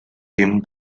him